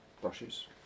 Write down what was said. brushes